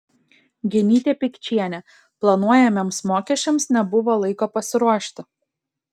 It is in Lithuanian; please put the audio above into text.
genytė pikčienė planuojamiems mokesčiams nebuvo laiko pasiruošti